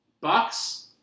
Bucks